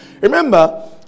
Remember